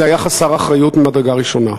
זה היה חסר אחריות ממדרגה ראשונה.